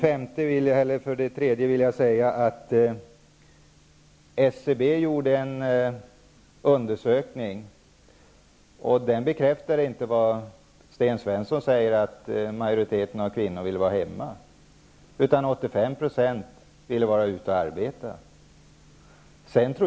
SCB har gjort en undersökning, och den bekräftar inte att majoriteten av kvinnorna vill vara hemma, som Sten Svensson säger. 85 % ville vara ute och arbeta.